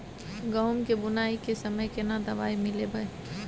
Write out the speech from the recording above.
गहूम के बुनाई के समय केना दवाई मिलैबे?